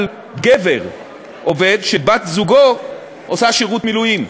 גבר עובד שבת-זוגו עושה שירות מילואים.